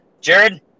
jared